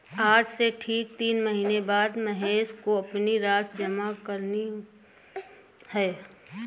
आज से ठीक तीन महीने बाद महेश को अपनी राशि जमा करनी है